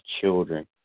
children